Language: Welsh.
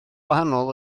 wahanol